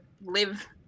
live